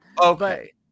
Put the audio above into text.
Okay